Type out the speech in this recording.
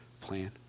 plan